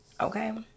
Okay